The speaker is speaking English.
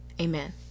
Amen